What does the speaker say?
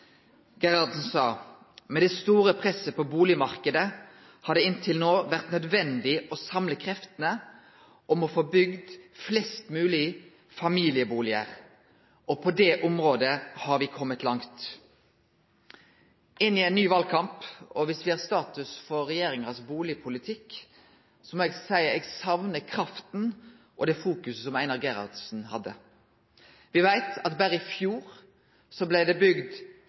sa: «Med det store presset på boligmarkedet har det inntil nå vært nødvendig å samle kreftene om å få bygd mest mulig familieboliger, og på det området har vi kommet langt». Inn i ein ny valkamp – og viss me gjer opp status for regjeringa sin bustadpolitikk – må eg seie at eg saknar krafta og det fokuset som Einar Gerhardsen hadde. Me veit at berre i fjor blei det bygd